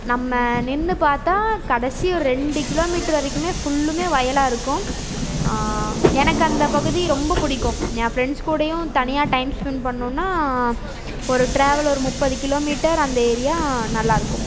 நம்ம நின்று பார்த்தா கடைசி ஒரு ரெண்டு கிலோமீட்டர் வரைக்குமே ஃபுல்லுமே வயலாக இருக்கும் எனக்கு அந்த பகுதி ரொம்ப பிடிக்கும் என் ஃப்ரெண்ட்ஸ் கூடேயும் தனியாக டைம் ஸ்பென்ட் பண்ணுன்னால் ஒரு டிராவல் ஒரு முப்பது கிலோமீட்டர் அந்த ஏரியா நல்லாயிருக்கும்